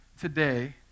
today